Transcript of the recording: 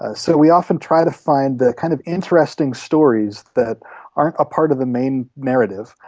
ah so we often try to find the kind of interesting stories that aren't a part of the main narrative,